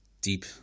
deep